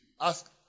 Ask